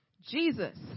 Jesus